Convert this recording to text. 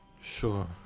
Sure